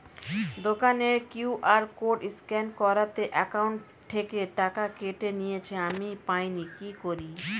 দোকানের QR code scan করাতে account থেকে টাকা কেটে নিয়েছে, আমি পাইনি কি করি?